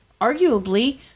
arguably